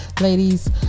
ladies